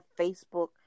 Facebook